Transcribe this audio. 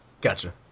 Gotcha